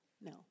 No